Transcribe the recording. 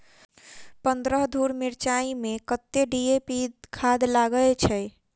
पन्द्रह धूर मिर्चाई मे कत्ते डी.ए.पी खाद लगय छै?